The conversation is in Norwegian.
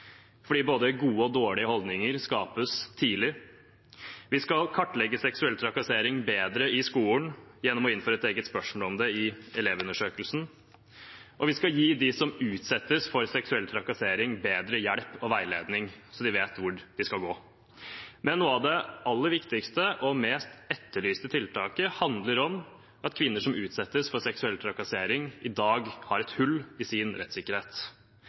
både gode og dårlige holdninger skapes tidlig. Vi skal kartlegge seksuell trakassering bedre i skolen gjennom å innføre et eget spørsmål om det i Elevundersøkelsen, og vi skal gi dem som utsettes for seksuell trakassering, bedre hjelp og veiledning, så de vet hvor de skal gå. Men noe av det aller viktigste – og det mest etterlyste tiltaket – handler om at kvinner som utsettes for seksuell trakassering, i dag har et hull i sin rettssikkerhet.